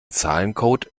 zahlencode